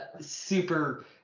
super